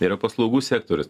yra paslaugų sektorius